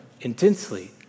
intensely